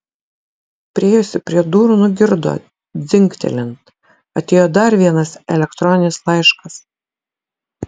priėjusi prie durų nugirdo dzingtelint atėjo dar vienas elektroninis laiškas